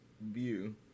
view